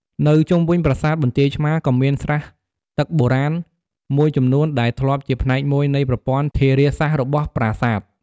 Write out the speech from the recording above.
នៅជុំវិញប្រាសាទបន្ទាយឆ្មារ ក៏មាន ស្រះទឹកបុរាណ មួយចំនួនដែលធ្លាប់ជាផ្នែកមួយនៃប្រព័ន្ធធារាសាស្ត្ររបស់ប្រាសាទ។